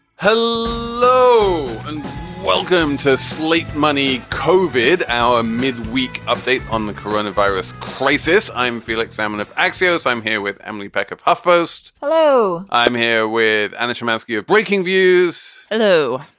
hello hello and welcome to sleep. money kovil. our midweek update on the corona virus crisis. i'm felix salmon of axios i'm here with emily peck of huffpost. hello. i'm here with ah mr. matzke of breakingviews. no.